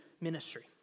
ministry